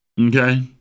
Okay